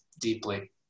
deeply